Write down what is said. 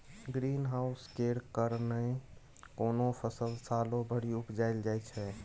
green house केर कारणेँ कोनो फसल सालो भरि उपजाएल जाइ छै